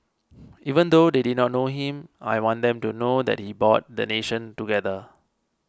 even though they did not know him I want them to know that he brought the nation together